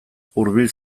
hurbil